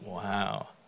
Wow